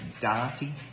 Darcy